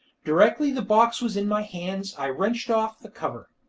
directly the box was in my hands i wrenched off the cover.